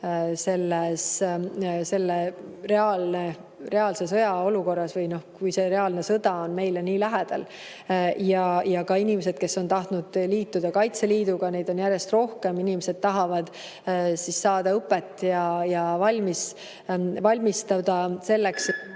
selles reaalse sõja olukorras, kui see reaalne sõda on meile nii lähedal. Ka inimesi, kes on tahtnud liituda Kaitseliiduga, on järjest rohkem. Inimesed tahavad saada õpet ja valmistuda selleks,